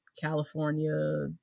California